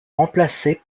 remplacée